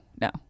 no